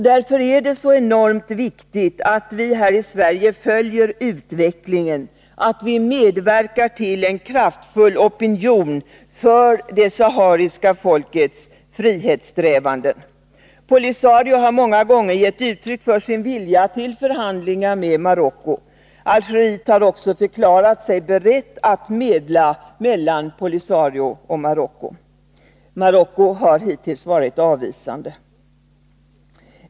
Därför är det så enormt viktigt att vi här i Sverige följer utvecklingen och att vi medverkar till en kraftfull opinion för det sahariska folkets frihetssträvanden. POLISARIO har många gånger gett uttryck för sin vilja till förhandlingar med Marocko. Algeriet har också förklarat sig berett att medla mellan POLISARIO och Marocko. Marocko har hittills varit avvisande.